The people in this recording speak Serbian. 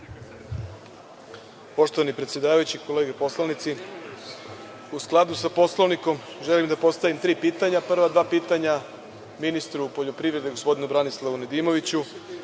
Poštovani predsedavajući, kolege poslanici, u skladu sa Poslovnikom želim da postavim tri pitanja. Prva dva pitanja ministru poljoprivrede, gospodinu Branislavu Nedimoviću,